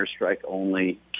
airstrike-only